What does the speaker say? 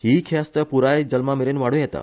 हीय ख्यास्त पुराय जल्मामेरेन वाडुं येता